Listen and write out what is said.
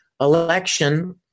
election